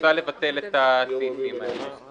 מוצע לבטל את הסעיפים האלה.